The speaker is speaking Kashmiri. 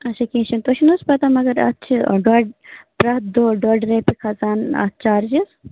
اچھا کیٚنٛہہ چھُنہٕ تۄہہِ چھُو نہٕ حظ پَتاہ مگر اَتھ چھُ آ ڈۄڈ پرٛتھ دۅہ ڈۄڈ رۄپیہِ کھسان اَتھ چارجِز